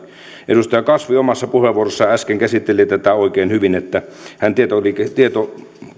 edustaja kasvi omassa puheenvuorossaan äsken käsitteli tätä oikein hyvin hän